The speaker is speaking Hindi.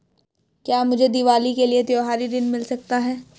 क्या मुझे दीवाली के लिए त्यौहारी ऋण मिल सकता है?